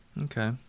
Okay